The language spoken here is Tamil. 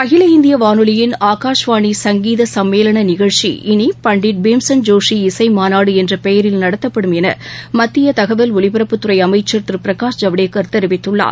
அகில இந்திய வானொலியின் ஆகாஷ்வாணி சங்கீத சம்மேளன நிகழ்ச்சி இனி பண்டிட் பீம்சென் ஜோஷி இசை மாநாடு என்ற பெயரில் நடத்தப்படும் என மத்திய தகவல் ஒலிபரப்புத்துறை அமைச்சர் திரு பிரகாஷ் ஜவடேகர் தெரிவித்துள்ளார்